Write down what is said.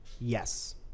Yes